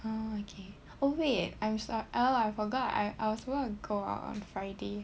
oh okay oh wait I'm sorry I forgot I I was gonna go out on friday